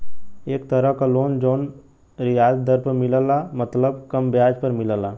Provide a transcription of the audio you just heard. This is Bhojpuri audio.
एक तरह क लोन जौन रियायत दर पर मिलला मतलब कम ब्याज पर मिलला